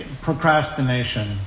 procrastination